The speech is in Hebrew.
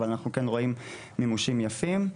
אבל אנחנו כן רואים מימושים יפים.